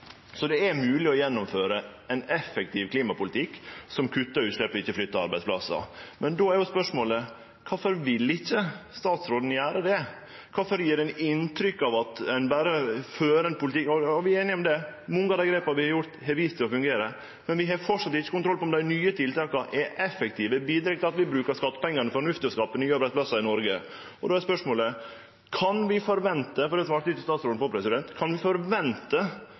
Så det er mogleg å gjennomføre ein effektiv klimapolitikk som kuttar utslepp og ikkje flyttar arbeidsplassar. Men då er jo spørsmålet: Kvifor vil ikkje statsråden gjere det? Kvifor gjev ein inntrykk av at ein berre fører ein politikk? – Og vi er einige om det, mange av dei grepa vi har gjort, har vist seg å fungere. Men vi har framleis ikkje kontroll på om dei nye tiltaka er effektive og bidreg til at vi brukar skattepengane fornuftig og skaper nye arbeidsplassar i Noreg. Og då er spørsmålet, for det svarte ikkje statsråden på: Kan vi forvente